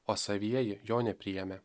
o savieji jo nepriėmė